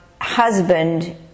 husband